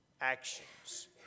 actions